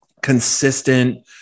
Consistent